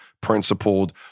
principled